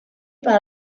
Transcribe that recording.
par